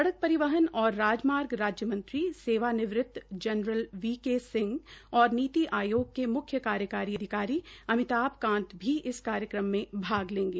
सड़क परिवहन और राजमार्ग राज्य मंत्री सेवा निवृत जनरल वी के सिंह और नीति आयोग के म्ख्स कार्यकारी अधिकारी अमिताभ कांत भी इस कार्यक्रम में भाग लेंगे